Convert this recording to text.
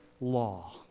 law